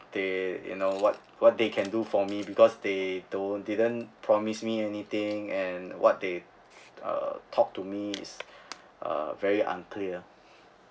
they you know what what they can do for me because they don't didn't promise me anything and what they uh talk to me is uh very unclear